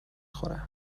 خوره